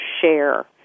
share